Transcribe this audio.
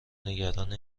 نگران